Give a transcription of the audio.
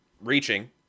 reaching